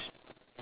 yes